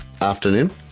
afternoon